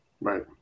Right